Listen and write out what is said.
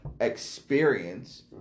experience